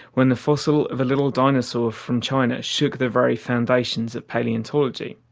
when the fossil of a little dinosaur from china shook the very foundations of palaeontology.